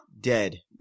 dead